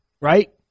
right